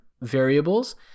variables